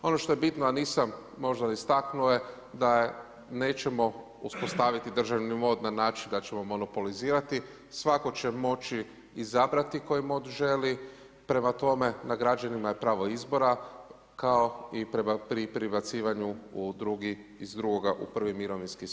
Ono što je bitno a nisam možda istaknuo je da nećemo uspostaviti državni mod na način da ćemo monopolizirati, svatko će moći izabrati koji mod želi, prema tome na građanima je pravo izbora kao i pri prebacivanju u drugi, iz drugoga u prvi mirovinski stup.